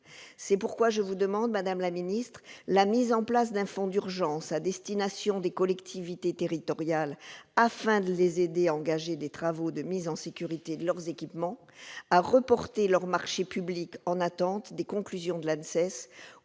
C'est pourquoi je demande au Gouvernement de mettre en place un fonds d'urgence à destination des collectivités territoriales, afin de les aider à engager des travaux de mise en sécurité de leurs équipements, à reporter leurs marchés publics dans l'attente des conclusions de l'ANSES